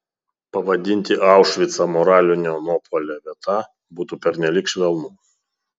pavadinti aušvicą moralinio nuopuolio vieta būtų pernelyg švelnu